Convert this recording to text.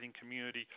community